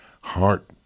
heart